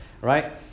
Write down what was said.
right